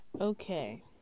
Okay